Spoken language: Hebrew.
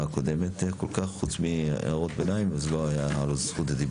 מה שאמור להיכנס ב-1 ונדחה למעשה כמה וכמה פעמים למה זה נדחה.